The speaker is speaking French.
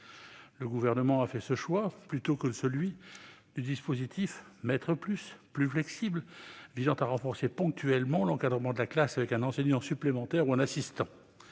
Le Gouvernement a fait ce choix plutôt que celui du dispositif « Maître+ », plus flexible, visant à renforcer ponctuellement l'encadrement de la classe grâce à un enseignant supplémentaire ou un assistant.